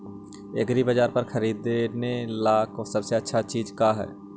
एग्रीबाजार पर खरीदने ला सबसे अच्छा चीज का हई?